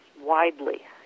widely